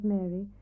Mary